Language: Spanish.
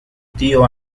tío